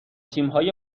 تیمهای